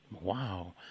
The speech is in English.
Wow